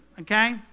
Okay